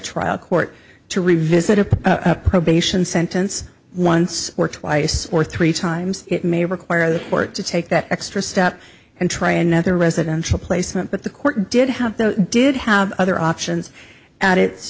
trial court to revisit a probation sentence once or twice or three times it may require the court to take that extra step and try another residential placement but the court did have did have other options a